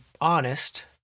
honest